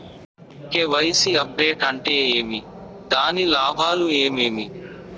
KYC update అంటే ఏమి? దాని లాభాలు ఏమేమి?